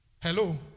Hello